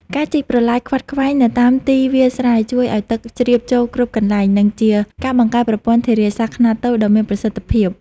ការជីកប្រឡាយខ្វាត់ខ្វែងនៅតាមទីវាលស្រែជួយឱ្យទឹកជ្រាបចូលគ្រប់កន្លែង និងជាការបង្កើតប្រព័ន្ធធារាសាស្ត្រខ្នាតតូចដ៏មានប្រសិទ្ធភាព។